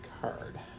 card